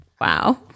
Wow